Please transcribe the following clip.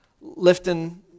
lifting